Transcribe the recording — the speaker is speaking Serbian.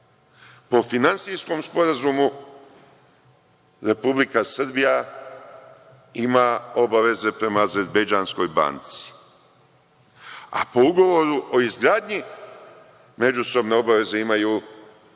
Po finansijskom sporazumu Republika Srbija ima obaveze prema azerbejdžanskoj banci, a po ugovoru o izgradnji međusobne obaveze imaju